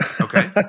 Okay